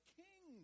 king